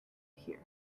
here